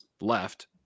Left